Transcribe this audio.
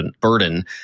burden